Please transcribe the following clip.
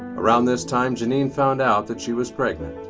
around this time janine found out that she was pregnant.